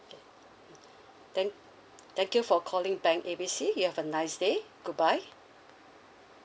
then thank you for calling bank A B C you have a nice day good bye